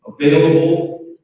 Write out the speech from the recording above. available